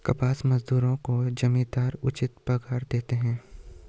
कपास मजदूरों को जमींदार उचित पगार देते हैं